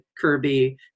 Kirby